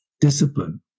discipline